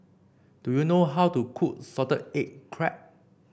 do you know how to cook Salted Egg Crab